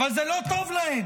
אבל זה לא טוב להם,